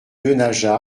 denaja